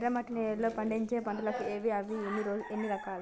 ఎర్రమట్టి నేలలో పండించే పంటలు ఏవి? అవి ఎన్ని రకాలు?